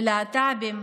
ללהט"בים,